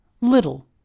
Little